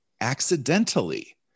accidentally